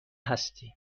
هستی